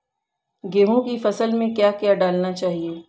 गेहूँ की फसल में क्या क्या डालना चाहिए?